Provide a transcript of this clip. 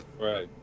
Right